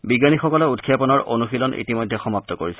বিজ্ঞানীসকলে উৎক্ষেপনৰ অনুশীলন ইতিমধ্যে সমাপ্ত কৰিছে